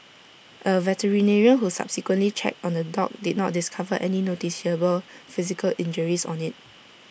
A veterinarian who subsequently checked on the dog did not discover any noticeable physical injuries on IT